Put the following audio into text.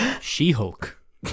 She-Hulk